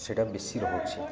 ସେଇଟା ବେଶୀ ରହୁଛି